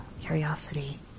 curiosity